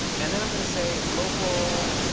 and then i'm going to say local